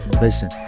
Listen